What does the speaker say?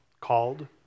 called